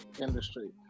industry